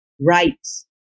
rights